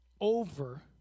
over